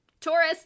Taurus